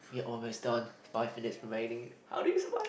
you're almost done five minutes remaining how did we survive